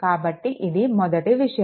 కాబట్టి ఇది మొదటి విషయం